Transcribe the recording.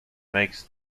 makes